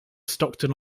stockton